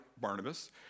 Barnabas